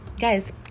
guys